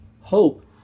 hope